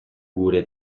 gure